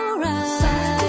right